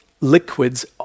liquids